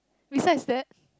beside that